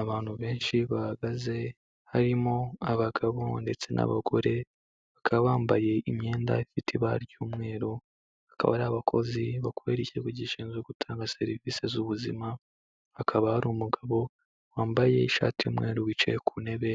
Abantu benshi bahagaze harimo abagabo ndetse n'abagore bakaba bambaye imyenda ifite ibara ry'umweru, bakaba ari abakozi bakorera ikigo gishinzwe gutanga serivisi z'ubuzima, hakaba hari umugabo wambaye ishati y'umweru wicaye ku ntebe,